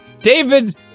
David